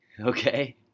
okay